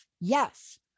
Yes